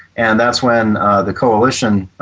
and that's when the coalition,